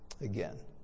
again